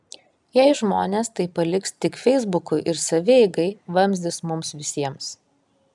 jei žmonės tai paliks tik feisbukui ir savieigai vamzdis mums visiems